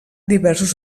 diversos